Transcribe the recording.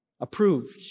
approved